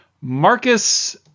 Marcus